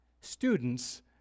students